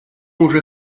уже